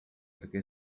perquè